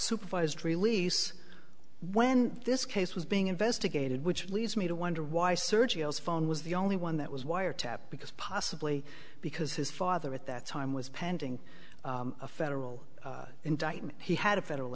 supervised release when this case was being investigated which leads me to wonder why sergio's phone was the only one that was wiretapped because possibly because his father at that time was pending a federal indictment he had a federal